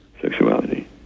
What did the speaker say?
sexuality